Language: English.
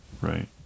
Right